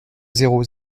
zéro